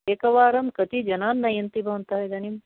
एकवारं कति जनान् नयन्ति भवन्त इदानीम्